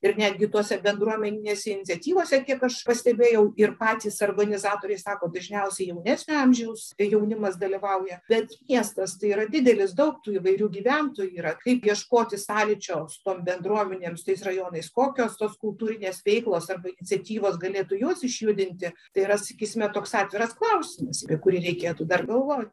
ir netgi tuose bendruomeninėse iniciatyvose kiek aš pastebėjau ir patys organizatoriai sako dažniausiai jaunesnio amžiaus jaunimas dalyvauja bet miestas tai yra didelis daug tų įvairių gyventojų yra kaip ieškoti sąlyčio su tom bendruomenėm si tais rajonais kokios tos kultūrinės veiklos arba iniciatyvos galėtų juos išjudinti tai yra sakysime toks atviras klausimas apie kurį reikėtų dar galvoti